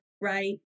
right